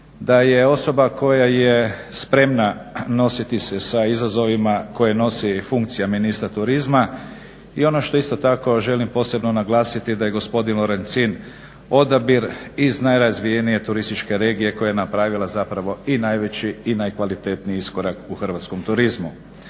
da je osoba koja je spremna nositi se sa izazovima koje nosi funkcija ministra turizma. I ono što isto tako želim posebno naglasiti da je gospodin Lorencin odabir iz najrazvijenije turističke regije koja je napravila zapravo i najveći i najkvalitetniji iskorak u hrvatskom turizmu.